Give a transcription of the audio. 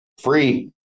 Free